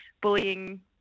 bullying